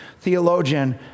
theologian